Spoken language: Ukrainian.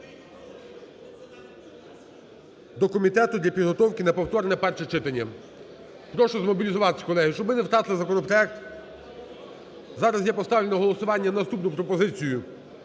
до комітету для підготовки на повторне перше читання. Прошу змобілізуватись, колеги, щоб ми не втратили законопроект. Зараз я поставлю на голосування наступну пропозицію: